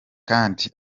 kandi